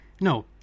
no